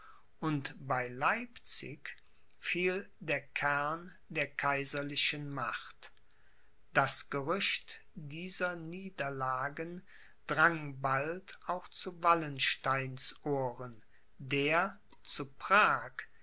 und bei leipzig fiel der kern der kaiserlichen macht das gerücht dieser niederlagen drang bald auch zu wallensteins ohren der zu prag